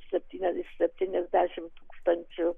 septyniasdešimt iš septyniasdešimt tūkstančių